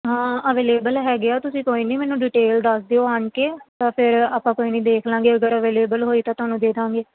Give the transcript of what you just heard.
ਹਾਂ ਅਵੇਲੇਬਲ ਹੈਗੇ ਆ ਤੁਸੀਂ ਕੋਈ ਨਹੀਂ ਮੈਨੂੰ ਡਿਟੇਲ ਦੱਸ ਦਿਓ ਆਣ ਕੇ ਤਾਂ ਫਿਰ ਆਪਾਂ ਕੋਈ ਨਹੀਂ ਦੇਖ ਲਵਾਂਗੇ ਅਗਰ ਅਵੇਲੇਬਲ ਹੋਈ ਤਾਂ ਤੁਹਾਨੂੰ ਦੇ ਦੇਵਾਂਗੇ